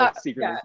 secret